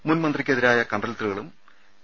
മുൻ മന്ത്രിക്കെതിരായ കണ്ടെ ത്തലുകളും ടി